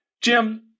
Jim